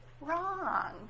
wrong